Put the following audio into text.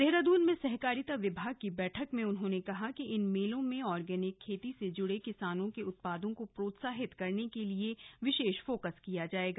देहरादून में सहकारिता विभाग की बैठक में उन्होंने कहा कि इन मेलों में ऑर्गनिक खेती से जुड़े किसानों के उत्पादों को प्रोत्साहित करने के लिए विशेष फोकस किया जाएगा